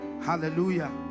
hallelujah